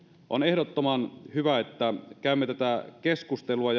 on ehdottoman hyvä että käymme tätä keskustelua